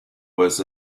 was